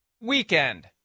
weekend